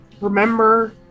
Remember